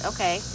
Okay